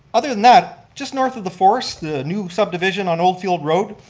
other than that, just north of the forest, the new subdivision on oldfield road,